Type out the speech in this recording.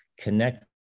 connect